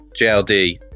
JLD